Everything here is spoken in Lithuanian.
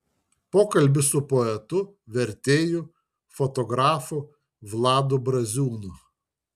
pokalbis su poetu vertėju fotografu vladu braziūnu